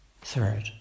Third